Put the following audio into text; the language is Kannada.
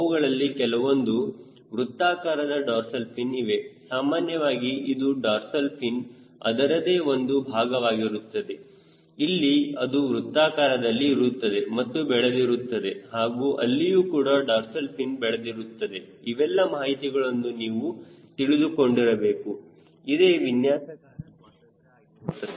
ಅವುಗಳಲ್ಲಿ ಕೆಲವೊಂದು ಕೆಲವೊಂದು ವೃತ್ತಾಕಾರದ ಡಾರ್ಸಲ್ ಫಿನ್ ಇವೆ ಸಾಮಾನ್ಯವಾಗಿ ಇದು ಡಾರ್ಸಲ್ ಫಿನ್ ಅದರದೇ ಒಂದು ಭಾಗವಾಗಿರುತ್ತದೆ ಇಲ್ಲಿ ಅದು ವೃತ್ತಾಕಾರದಲ್ಲಿ ಇರುತ್ತದೆ ಮತ್ತು ಬೆಳೆದಿರುತ್ತದೆ ಹಾಗೂ ಅಲ್ಲಿಯೂ ಕೂಡ ಡಾರ್ಸಲ್ ಫಿನ್ ಬೆಳೆದಿರುತ್ತದೆ ಇವೆಲ್ಲ ಮಾಹಿತಿಗಳನ್ನು ನೀವು ತಿಳಿದುಕೊಂಡಿರಬೇಕು ಇದೆ ವಿನ್ಯಾಸಕಾರ ಸ್ವಾತಂತ್ರ್ಯ ಆಗಿರುತ್ತದೆ